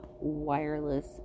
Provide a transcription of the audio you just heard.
wireless